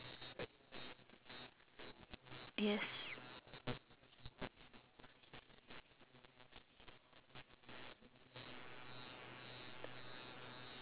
yes